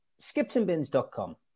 skipsandbins.com